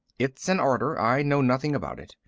it's an order. i know nothing about it.